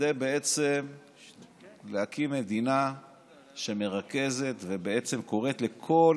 כדי להקים מדינה שמרכזת ובעצם קוראת לכל